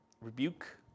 rebuke